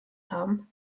haben